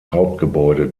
hauptgebäude